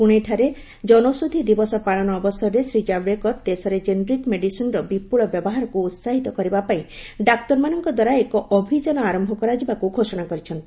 ପୁଣେଠାରେ ଜନୌଷଧି ଦିବସ ପାଳନ ଅବସରରେ ଶ୍ରୀ ଜାଭେଡକର ଦେଶରେ ଜେନେରିକ ମେଡିସିନର ବିପୁଳ ବ୍ୟବହାରକୁ ଉତ୍ସାହିତ କରିବା ପାଇଁ ଡାକ୍ତରମାନଙ୍କ ଦ୍ୱାରା ଏକ ଅଭିଯାନ ଆରମ୍ଭ କରାଯିବାକୁ ସେ ଘୋଷଣା କରିଛନ୍ତି